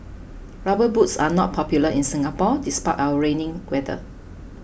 rubber boots are not popular in Singapore despite our rainy weather